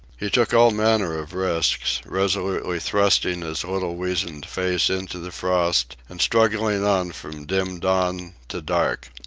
he took all manner of risks, resolutely thrusting his little weazened face into the frost and struggling on from dim dawn to dark.